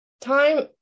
time